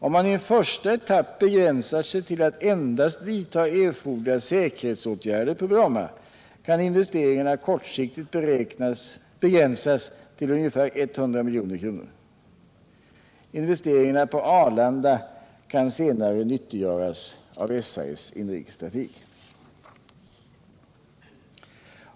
Om man i en första etapp begränsar sig till att endast vidta erforderliga säkerhetsåtgärder på Bromma, kan investeringarna kortsiktigt begränsas till ca 100 milj.kr. Investeringarna på Arlanda kan senare nyttiggöras av SAS inrikestrafik.